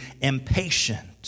impatient